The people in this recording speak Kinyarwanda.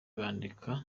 bandika